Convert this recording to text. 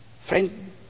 Friend